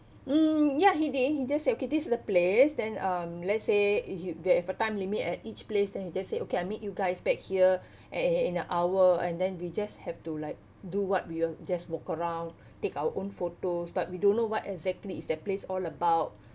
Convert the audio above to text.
mm ya he did he just say okay this is the place then um let's say if you were if you have a time limit at each place then he just say okay I meet you guys back here and in an hour and then we just have to like do what we will just walk around take our own photos but we don't know what exactly is that place all about